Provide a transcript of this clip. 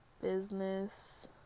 business